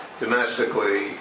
domestically